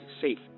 safe